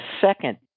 second